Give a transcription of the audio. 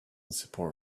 support